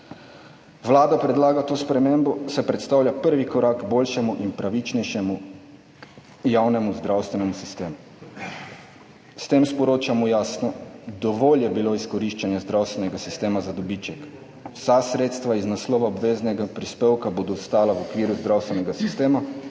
Vlada predlaga to spremembo, saj predstavlja prvi korak k boljšemu in pravičnejšemu javnemu zdravstvenemu sistemu. S tem jasno sporočamo: dovolj je bilo izkoriščanja zdravstvenega sistema za dobiček. Vsa sredstva iz naslova obveznega prispevka bodo ostala v okviru zdravstvenega sistema,